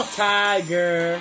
tiger